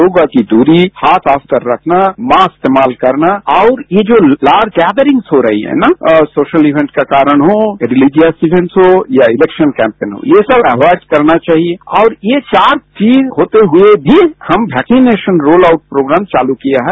दो गज की दूरी हाथ साफ रखना मास्क इस्तेमाल करना और ये जो लार्ज गेदरिंग्स हो रही है न सोशल इवेंट के कारण हो रिलीजियस इवेंट हो या इलेक्शन कैंपेन ये सब अवॉइड करना चाहिए ये चार चीज होते हुए भी हम वैक्सीनेशन रोल आउट प्रोग्राम चालू किया है